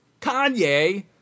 Kanye